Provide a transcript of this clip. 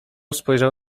spojrzał